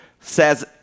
says